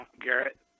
Garrett